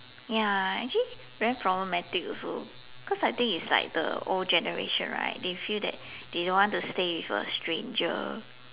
ya actually very problematic also cause I think it's like the old generation right they feel that they don't want to stay with a stranger